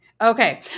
Okay